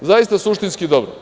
Zaista suštinski dobro.